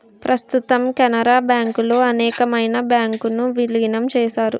ప్రస్తుతం కెనరా బ్యాంకులో అనేకమైన బ్యాంకు ను విలీనం చేశారు